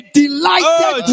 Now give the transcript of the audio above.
delighted